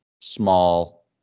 small